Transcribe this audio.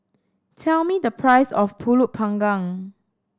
tell me the price of Pulut Panggang